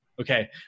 Okay